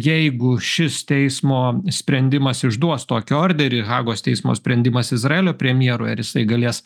jeigu šis teismo sprendimas išduos tokį orderį hagos teismo sprendimas izraelio premjerui ar jisai galės